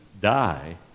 die